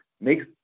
makes